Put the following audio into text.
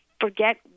forget